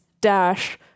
dash